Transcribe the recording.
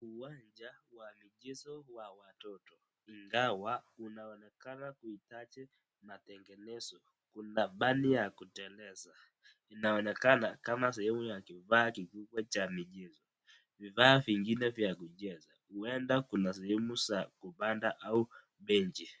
Uwanja wa michezo wa watoto, ingawa unaonekana kuhitaji matengenezo. Kuna bani ya kuteleza, inaonekana kama sehemu ya kifaa kikubwa cha michezo. Vifaa vingine vya kucheza, huenda kuna sehemu za kupanda au benchi.